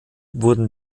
wurden